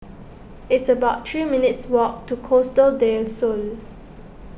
it's about three minutes' walk to Costa del Sol